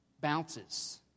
bounces